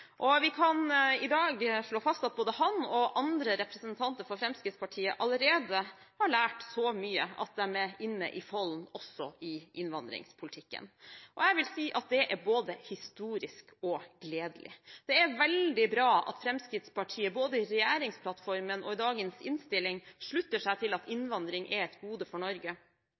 Vi kan i dag slå fast at både han og andre representanter for Fremskrittspartiet allerede har lært så mye at de er inne i folden også i innvandringspolitikken. Jeg vil si at det er både historisk og gledelig. Det er veldig bra at Fremskrittspartiet både i regjeringsplattformen og i dagens innstilling slutter seg til at innvandring er et gode for Norge,